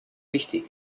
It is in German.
wichtig